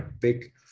big